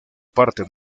parte